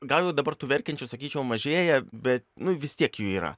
gal jau dabar tų verkiančių sakyčiau mažėja bet nu vis tiek jų yra